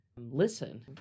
listen